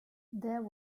there